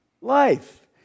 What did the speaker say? life